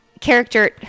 character